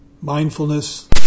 Mindfulness